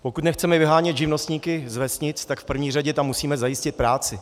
Pokud nechceme vyhánět živnostníky z vesnic, tak v první řadě tam musíme zajistit práci.